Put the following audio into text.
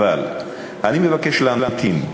אבל אני מבקש להמתין,